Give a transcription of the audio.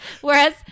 whereas